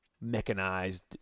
mechanized